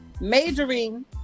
majoring